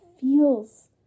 feels